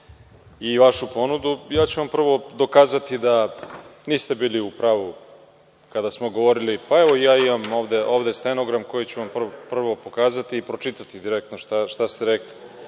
i vašu ponudu, ja ću vam prvo dokazati da niste bili u pravu kada smo govorili. Evo, i ja imam ovde stenogram koji ću vam prvo pokazati i pročitati direktno šta ste rekli,